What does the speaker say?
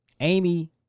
Amy